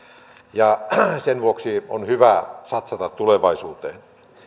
sen vuoksi on hyvä satsata tulevaisuuteen